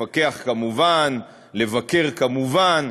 לפקח, כמובן, לבקר, כמובן,